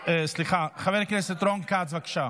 לא, לא היא מנהלת את המליאה פה.